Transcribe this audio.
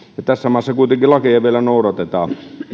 ja tässä maassa kuitenkin lakeja vielä noudatetaan